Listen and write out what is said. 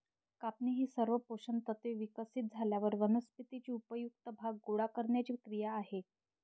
कापणी ही सर्व पोषक तत्त्वे विकसित झाल्यावर वनस्पतीचे उपयुक्त भाग गोळा करण्याची क्रिया आहे